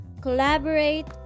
collaborate